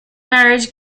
marriage